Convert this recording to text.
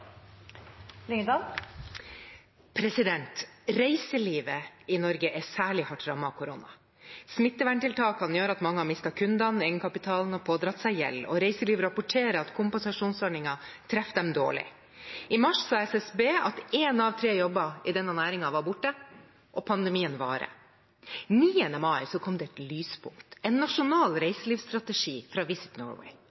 Lyngedal – til oppfølgingsspørsmål. Reiselivet i Norge er særlig hardt rammet av korona. Smitteverntiltakene gjør at mange har mistet kundene og egenkapitalen og pådratt seg gjeld, og reiselivet rapporterer at kompensasjonsordningen treffer dem dårlig. I mars sa SSB at én av tre jobber i denne næringen var borte, og pandemien varer. Den 9. mai kom det et lyspunkt – en nasjonal